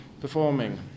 performing